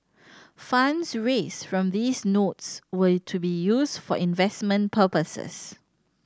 funds raised from these notes were to be used for investment purposes